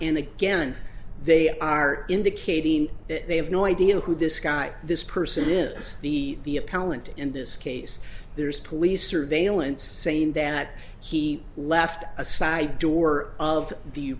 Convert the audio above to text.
and again they are indicating they have no idea who this guy this person is the the appellant in this case there is police surveillance saying that he left a side door of the